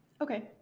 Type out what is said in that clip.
Okay